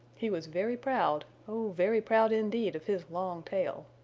he was very proud, oh, very proud indeed of his long tail.